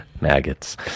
maggots